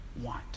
want